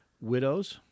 widows